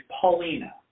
Paulina